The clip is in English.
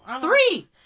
Three